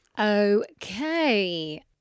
Okay